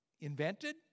invented